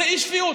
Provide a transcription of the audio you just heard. זו אי-שפיות.